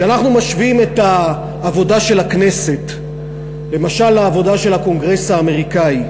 כשאנחנו משווים את העבודה של הכנסת למשל לעבודה של הקונגרס האמריקני,